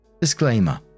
Disclaimer